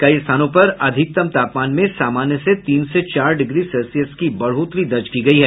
कई स्थानों पर अधिकतम तापमान में सामान्य से तीन से चार डिग्री सेल्सियस की बढ़ोतरी दर्ज की गयी है